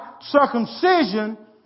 circumcision